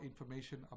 information